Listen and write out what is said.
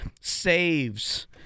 saves